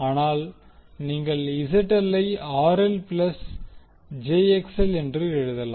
அதனால் நீங்கள் ZL ஐ RL ப்ளஸ் jXL என்று எழுதலாம்